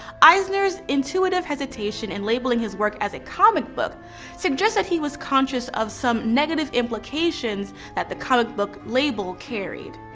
eisner's intuitive hesitation in labeling his work as a comic book suggests that he was conscious of some negative implications that the comic book label carried.